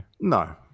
no